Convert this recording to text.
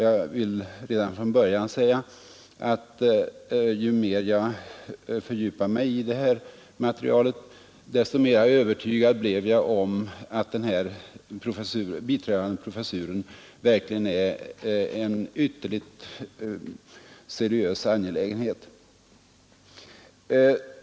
Jag vill redan från början säga att ju mer jag fördjupat mig i materialet, desto mera övertygad har jag blivit om att tillkomsten av den här biträdande professuren verkligen är en mycket seriös angelägenhet.